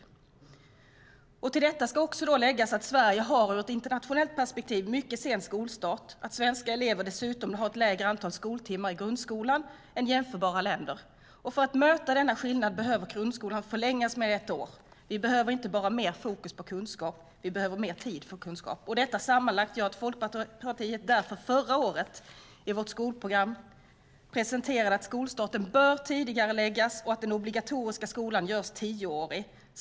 Till detta ska läggas att Sverige ur ett internationellt perspektiv har en mycket sen skolstart och att svenska elever dessutom har ett lägre antal skoltimmar i grundskolan än i jämförbara länder. För att möta denna skillnad behöver grundskolan förlängas med ett år. Vi behöver inte bara mer fokus på kunskap utan också mer tid för kunskap. Detta sammantaget gjorde att Folkpartiet förra hösten i sitt skolprogram deklarerade att skolstarten bör tidigareläggas och den obligatoriska skolan göras tioårig.